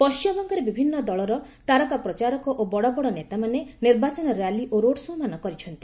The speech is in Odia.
ପଶ୍ଚିମବଙ୍ଗରେ ବିଭିନ୍ନ ଦଳର ତାରକା ପ୍ରଚାରକ ଓ ବଡ଼ବଡ଼ ନେତାମାନେ ନିର୍ବାଚନ ର୍ୟାଲି ଓ ରୋଡ୍ ଶୋ'ମାନ କରିଛନ୍ତି